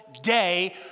day